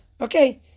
okay